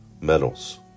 metals